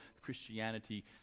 Christianity